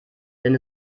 denn